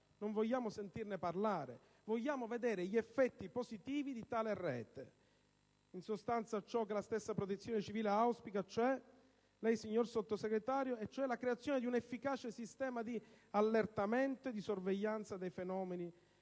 Non vogliamo solo sentirne parlare; vogliamo vedere gli effetti positivi di tale rete. In sostanza, ciò che la stessa Protezione civile, ossia lei, signor Sottosegretario, auspica, e cioè la creazione di un efficace sistema di allertamento e di sorveglianza dei fenomeni